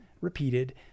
repeated